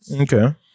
okay